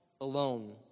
alone